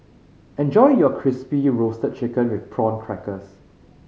enjoy your Crispy Roasted Chicken with Prawn Crackers